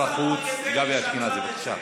שר החוץ גבי אשכנזי, בבקשה.